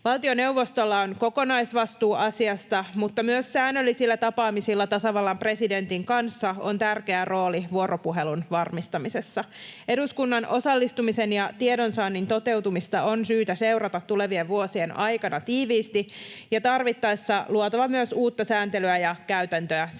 Valtioneuvostolla on kokonaisvastuu asiasta, mutta myös säännöllisillä tapaamisilla tasavallan presidentin kanssa on tärkeä rooli vuoropuhelun varmistamisessa. Eduskunnan osallistumisen ja tiedonsaannin toteutumista on syytä seurata tulevien vuosien aikana tiiviisti ja tarvittaessa luotava myös uutta sääntelyä ja käytäntöä sen